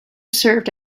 served